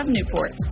Newport